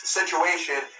situation